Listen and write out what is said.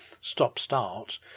stop-start